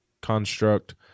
construct